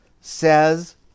says